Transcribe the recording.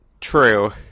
true